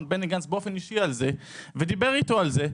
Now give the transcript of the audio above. בני גנץ באופן אישי ודיבר אתו על זה.